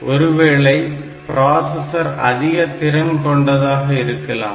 ஒருவேளை பிராசஸர் அதிக திறன் கொண்டதாக இருக்கலாம்